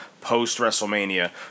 post-WrestleMania